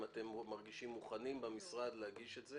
אם אתם מרגישים מוכנים במשרד להגיש את זה